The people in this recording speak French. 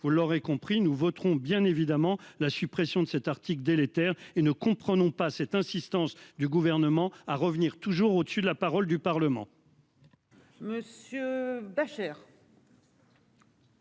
Vous l'aurez compris, nous voterons bien évidemment la suppression de cet article délétère et ne comprenons pas cette insistance du gouvernement à revenir toujours au-dessus de la parole du Parlement.--